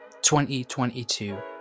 2022